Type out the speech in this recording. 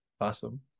awesome